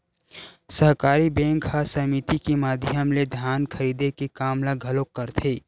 सहकारी बेंक ह समिति के माधियम ले धान खरीदे के काम ल घलोक करथे